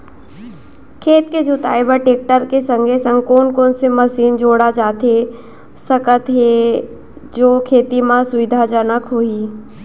खेत के जुताई बर टेकटर के संगे संग कोन कोन से मशीन जोड़ा जाथे सकत हे जो खेती म सुविधाजनक होही?